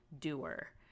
doer